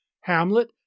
Hamlet